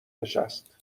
نشست